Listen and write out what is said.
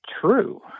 true